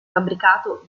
fabbricato